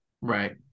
Right